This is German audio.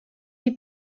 die